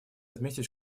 отметить